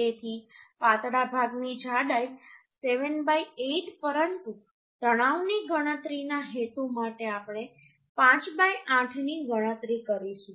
તેથી પાતળા ભાગની જાડાઈના 78 પરંતુ તણાવની ગણતરીના હેતુ માટે આપણે 58ની ગણતરી કરીશું